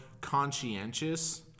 conscientious